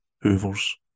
hoovers